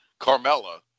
Carmella